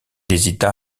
hésita